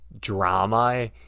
Drama